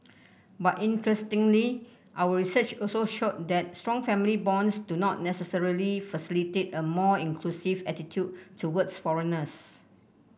but interestingly our research also showed that strong family bonds do not necessarily facilitate a more inclusive attitude towards foreigners